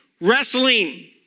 wrestling